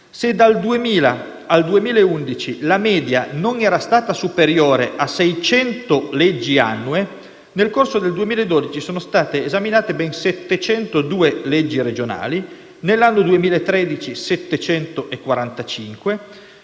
Se dal 2000 al 2011 la media non era stata superiore a 600 leggi annue, nel corso del 2012 sono state esaminate ben 702 leggi regionali, nel 2013 sono